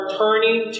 turning